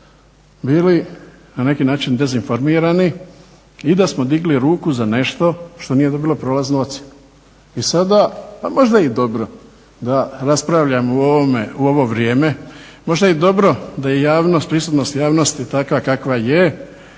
bili na neki način dezinformirani i da smo digli ruku za nešto što nije dobilo prolaznu ocjenu. I sada, a možda i dobro da raspravljamo o ovome u ovo vrijeme, možda je dobro da je javnost, prisutnost javnosti takva kakva je,